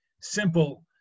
simple